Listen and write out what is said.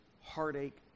heartache